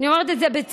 אני אומרת את זה בצער,